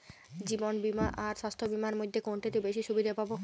জীবন বীমা আর স্বাস্থ্য বীমার মধ্যে কোনটিতে বেশী সুবিধে পাব?